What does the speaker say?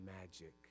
magic